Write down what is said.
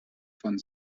von